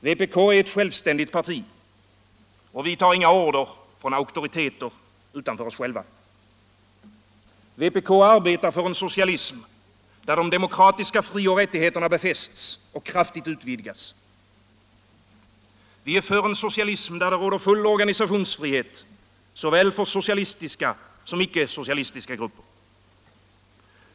Vpk är ett självständigt parti. Vi tar inga order från auktoriteter utanför oss själva. Vpk arbetar för en socialism där de demokratiska frioch rättigheterna befästs och kraftigt utvidgas. Vi är för en socialism där det råder full organisationsfrihet såväl för socialistiska som icke-socialistiska grupper.